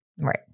Right